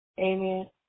Amen